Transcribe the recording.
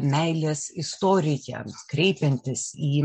meilės istorija kreipiantis į